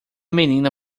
menina